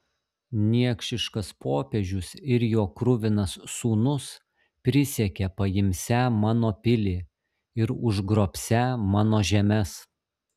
niekšiškas popiežius ir jo kruvinas sūnus prisiekė paimsią mano pilį ir užgrobsią mano žemes